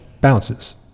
bounces